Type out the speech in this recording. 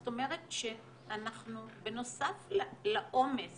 זאת אומרת, בנוסף לעומס